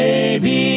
Baby